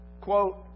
quote